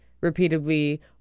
repeatedly